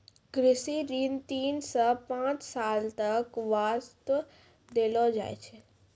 कृषि ऋण तीन सॅ पांच साल तक वास्तॅ देलो जाय छै